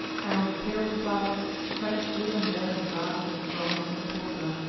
and on the pale flowers scattered here and there in vases of bronze and porcelain.